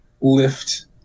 lift